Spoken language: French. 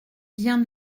bien